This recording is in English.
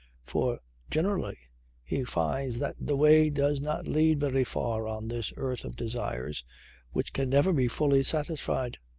for generally he finds that the way does not lead very far on this earth of desires which can never be fully satisfied.